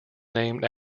named